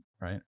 right